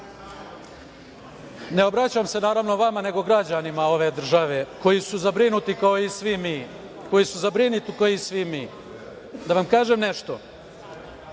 obraćam se naravno vama, nego građanima ove države koji su zabrinuti kao i svi mi, da vam kažem nešto